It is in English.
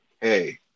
hey